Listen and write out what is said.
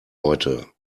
heute